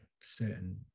certain